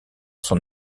son